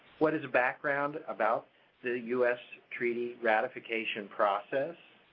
what is the background about the u s. treaty ratification process,